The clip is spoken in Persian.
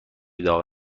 داغ